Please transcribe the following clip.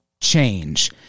change